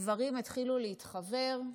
הדברים התחילו להתחוור,